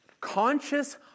Conscious